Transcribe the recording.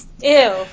Ew